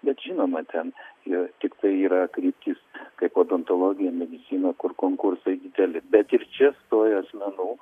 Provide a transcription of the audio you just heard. bet žinoma ten jau tikrai yra kryptys kaip odontologija žinot kur konkursai dideli bet ir čia stoja asmenų